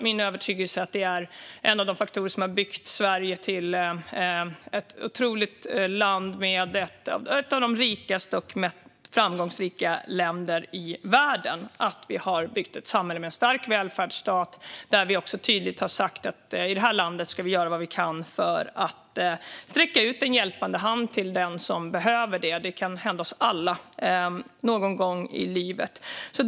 Min övertygelse är också att en av de faktorer som har byggt Sverige till ett otroligt land - ett av de rikaste och mest framgångsrika länderna i världen - är att vi har byggt ett samhälle med en stark välfärdsstat där vi tydligt har sagt att i detta land ska vi göra vad vi kan för att sträcka ut en hjälpande hand till den som behöver det. Det kan hända oss alla någon gång i livet.